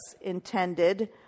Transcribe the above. intended